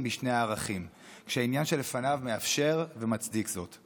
משני הערכים כשהעניין שלפניו מאפשר ומצדיק זאת.